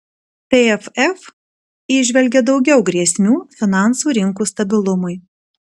tvf įžvelgia daugiau grėsmių finansų rinkų stabilumui